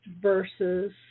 versus